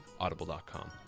Audible.com